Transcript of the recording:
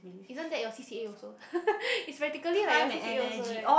isn't that your C_C_A also it's practically like your C_C_A also eh